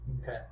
Okay